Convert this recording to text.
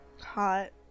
Hot